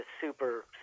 super